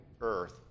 earth